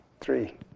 Three